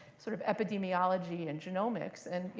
sort of epidemiology and genomics. and, you